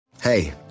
Hey